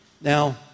Now